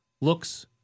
looks